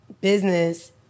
business